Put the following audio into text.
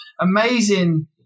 amazing